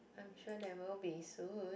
I'm sure there will be soon